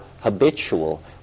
habitual